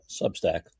substack